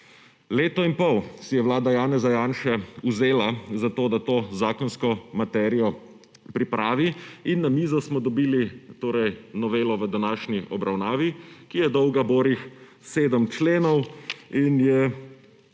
Leto in pol si je vlada Janeza Janše vzela za to, da to zakonsko materijo pripravi, in na mizo smo dobili torej novelo v današnji obravnavi, ki je dolga borih sedem členov in je